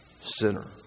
sinner